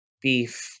beef